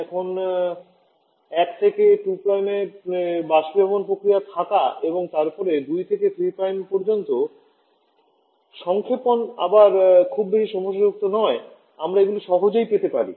এখন 1 থেকে 2 এর বাষ্পীভবন প্রক্রিয়া থাকা এবং তারপরে 2 থেকে 3 পর্যন্ত সংক্ষেপণ আবার খুব বেশি সমস্যাযুক্ত নয় আমরা এগুলি সহজেই পেতে পারি